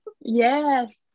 Yes